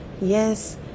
yes